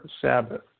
Sabbath